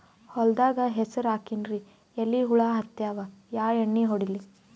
ಹೊಲದಾಗ ಹೆಸರ ಹಾಕಿನ್ರಿ, ಎಲಿ ಹುಳ ಹತ್ಯಾವ, ಯಾ ಎಣ್ಣೀ ಹೊಡಿಲಿ?